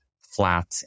flat